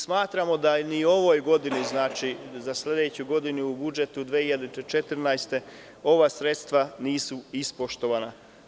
Smatramo da u ovoj godini i za sledeću godinu u budžetu za 2014. godinu ova sredstva nisu ispoštovana.